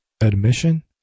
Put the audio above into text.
Admission